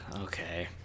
Okay